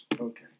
okay